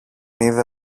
είδε